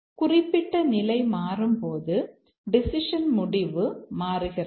குறிப்பிட்ட நிலை மாறும்போது டெசிஷன் முடிவு மாறுகிறது